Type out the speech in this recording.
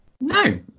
no